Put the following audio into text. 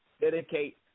dedicate